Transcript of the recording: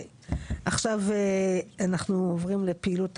עכשיו, אנחנו עוברים לפעילות